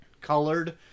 colored